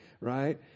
right